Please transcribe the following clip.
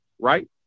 right